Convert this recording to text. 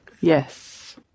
Yes